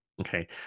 okay